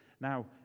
Now